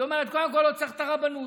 היא אומרת: קודם כול, לא צריך את הרבנות.